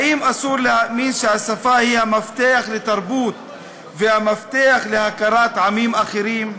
האם אסור להאמין שהשפה היא המפתח לתרבות והמפתח להכרת עמים אחרים?